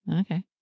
Okay